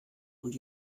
und